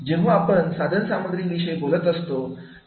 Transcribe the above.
जेव्हा आपण साधनसामग्री विषयी बोलत असतो